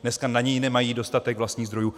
Dneska na něj nemají dostatek vlastních zdrojů.